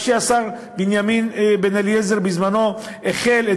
מה שהשר בנימין בן-אליעזר בזמנו החל,